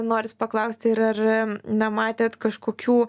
noris paklausti ir ar nematėt kažkokių